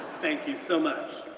thank you so much,